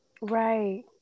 Right